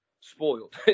spoiled